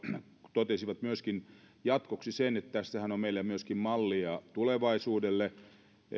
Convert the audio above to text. totesivat myöskin jatkoksi sen että tässähän on meillä myöskin mallia tulevaisuudelle